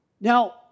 Now